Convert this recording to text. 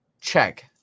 check